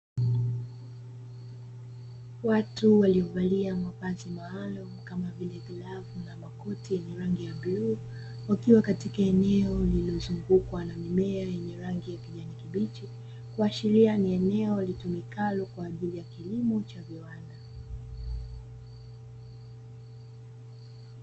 Watu waliovalia mavazi maalumu kama vile glovu na makoti yenye rangi ya buluu, wakiwa katika eneo lililozungukwa na mimea yenye rangi ya kijani kibichi, kuashiria ni eneo litumikalo kwa ajili ya kilimo cha viwanda.